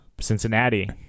Cincinnati